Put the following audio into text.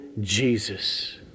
Jesus